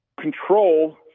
control